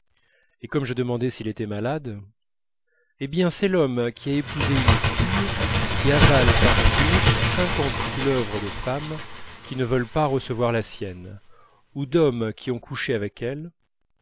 et comme je demandais s'il était malade hé bien c'est l'homme qui a épousé une fille qui avale par jour cinquante couleuvres de femmes qui ne veulent pas recevoir la sienne ou d'hommes qui ont couché avec elle